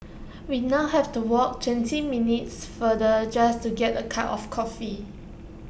we now have to walk twenty minutes farther just to get A cup of coffee